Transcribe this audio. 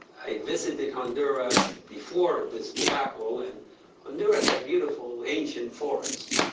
i visited honduras before this debacle, and honduras had beautiful ancient forests. a